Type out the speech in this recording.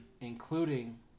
Including